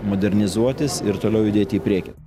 modernizuotis ir toliau judėti į priekį